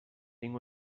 tinc